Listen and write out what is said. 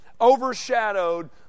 overshadowed